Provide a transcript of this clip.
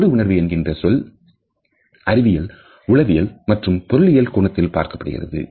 தொடு உணர்வு என்கின்ற சொல் அறிவியல் உளவியல் மற்றும் பொருளியல் கோணத்தில் பார்க்கப்படுகிறது